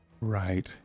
Right